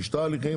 פישטה הליכים,